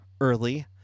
early